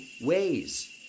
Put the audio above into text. ways